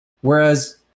Whereas